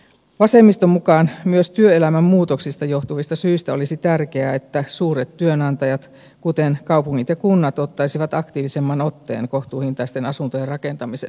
vasemmiston mukaan myös työelämän muutoksista johtuvista syistä olisi tärkeää että suuret työnantajat kuten kaupungit ja kunnat ottaisivat aktiivisemman otteen kohtuuhintaisten asuntojen rakentamisessa